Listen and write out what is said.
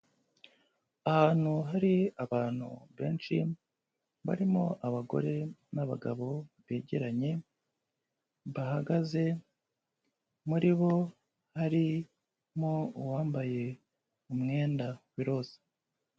Ahantu hari abantu benshi barimo abagore n'abagabo begeranye, bahagaze, muri bo harimo uwambaye umwenda w'iroze.